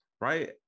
right